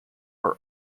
are